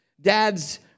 Dads